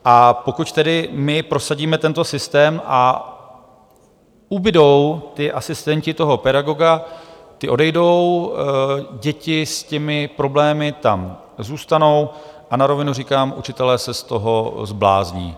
A pokud tedy my prosadíme tento systém a ubudou ti asistenti pedagoga, odejdou, děti s těmi problémy tam zůstanou, na rovinu říkám, učitelé se z toho zblázní.